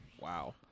Wow